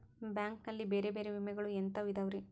Bank ನಲ್ಲಿ ಬೇರೆ ಬೇರೆ ವಿಮೆಗಳು ಎಂತವ್ ಇದವ್ರಿ?